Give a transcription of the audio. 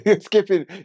skipping